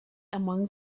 among